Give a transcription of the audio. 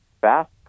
fast